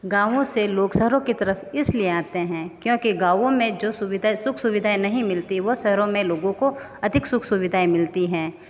गाँवों से लोग शहरों की तरफ़ इसलिए आते हैं क्योंकि गांवों में जो सुविधाएं सुख सुविधाएं नहीं मिलती वह शहरों में लोगों को अधिक सुख सुविधाएं मिलती हैं